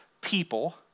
people